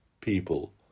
people